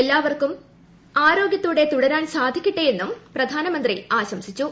എല്ലാവർക്കും ആരോഗ്യത്തോടെ തുടരാൻ സാധിക്കട്ടെ എന്നും പ്രധാനമന്ത്രി ആശംസിച്ചു